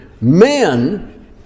Men